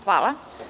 Hvala.